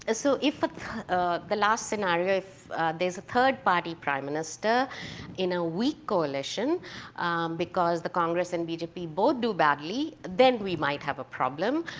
ah so if the last scenario, if there's a third party prime minister in a weak coalition because the congress and bjp both do badly, then we might have a problem.